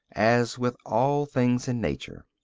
as with all things in nature.